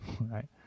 right